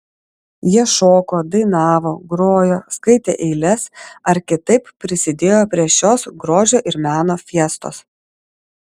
jie šoko dainavo grojo skaitė eiles ar kitaip prisidėjo prie šios grožio ir meno fiestos